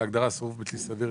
להגדרה "סירוב בלתי סביר",